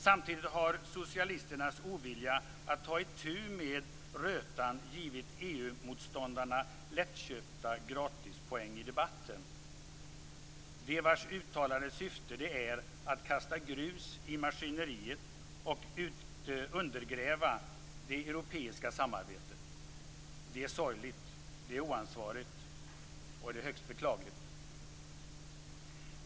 Samtidigt har socialisternas ovilja att ta itu med rötan givit EU-motståndarna lättköpta gratispoäng i debatten, de vars uttalade syfte det är att kasta grus i maskineriet och undergräva det europeiska samarbetet. Det är sorgligt. Det är oansvarigt. Det är högst beklagligt.